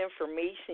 information